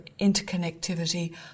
interconnectivity